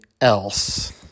else